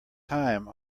time